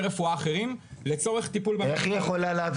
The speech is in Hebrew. רפואה אחרים לצורך טיפול -- איך היא יכולה,